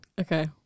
okay